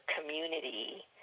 community